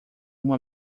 uma